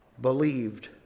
believed